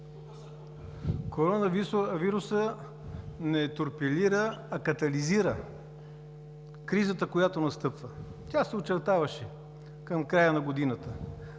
коронавирусът не торпилира, а катализира кризата, която настъпва. Тя се очертаваше към края на годината,